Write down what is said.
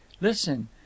listen